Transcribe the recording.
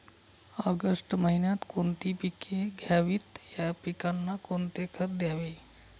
August महिन्यात कोणती पिके घ्यावीत? या पिकांना कोणते खत द्यावे?